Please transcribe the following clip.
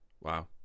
Wow